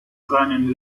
seinen